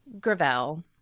Gravel